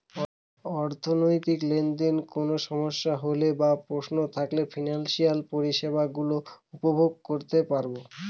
অর্থনৈতিক লেনদেনে কোন সমস্যা হলে বা প্রশ্ন থাকলে ফিনান্সিয়াল পরিষেবা গুলো উপভোগ করতে পারবো